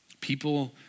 people